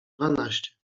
dwanaście